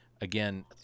again